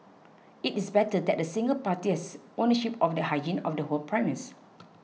it is better that a single party has ownership of the hygiene of the whole premise